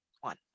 one